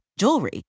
jewelry